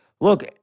look